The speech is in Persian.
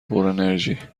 پرانرژی